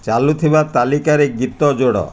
ଚାଲୁଥିବା ତାଲିକାରେ ଗୀତ ଯୋଡ଼